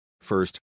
First